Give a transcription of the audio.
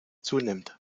zunimmt